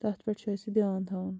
تَتھ پٮ۪ٹھ چھُ اسہِ دھیٛان تھاوُن